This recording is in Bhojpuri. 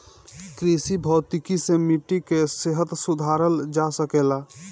कृषि भौतिकी से मिट्टी कअ सेहत सुधारल जा सकेला